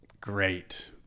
great